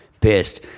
pissed